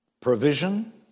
provision